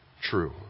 true